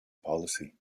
policy